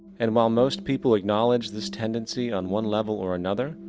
and while most people acknowledge this tendency on one level or another,